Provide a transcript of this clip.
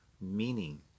meaning